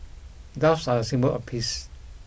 doves are a symbol of peace